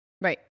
Right